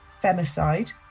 femicide